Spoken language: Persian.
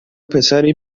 پسری